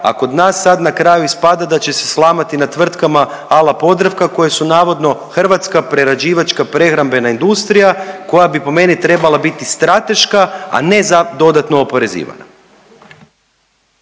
a kod nas sad na kraju ispada da će se slamati na tvrtkama ala Podravka koje su navodno hrvatska prerađivačka prehrambena industrija koja bi po meni trebala biti strateška, a ne za dodatno oporezivana.